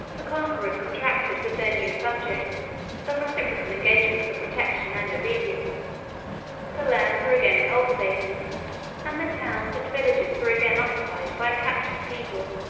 the conquerors contracted with their new subjects some reciprocal engagements of protection and obedience the lands were again cultivated and the towns and villages were again occupied by a captive people.